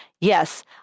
Yes